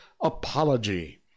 apology